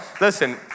listen